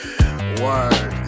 word